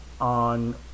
On